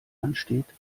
ansteht